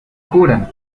cura